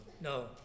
no